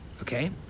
Okay